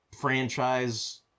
franchise